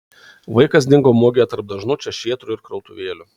vaikas dingo mugėje tarp dažnų čia šėtrų ir krautuvėlių